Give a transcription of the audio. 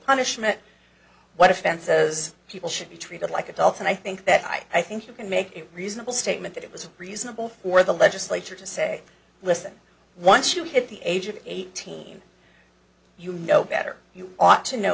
punishment what a fan says people should be treated like adults and i think that i think you can make a reasonable statement that it was reasonable for the legislature to say listen once you hit the age of eighteen you know better you ought to know